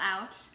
out